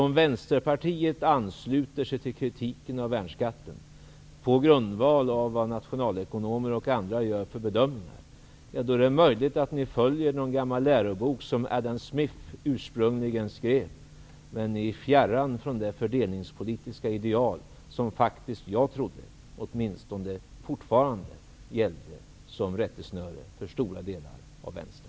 Om Vänsterpartiet ansluter sig till kritiken mot värnskatten på grundval av de bedömningar som nationalekonomer och andra gör -- det är möjligt att ni då följer någon gammal lärobok som Adam Smith ursprungligen skrev -- är ni fjärran från det fördelningspolitiska ideal som jag faktiskt trodde åtminstone fortfarande gällde som rättesnöre för stora delar av vänstern.